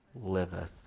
liveth